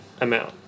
amount